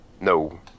No